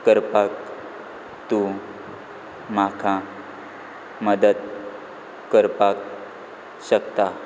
करपाक तूं म्हाका मदत करपाक शकता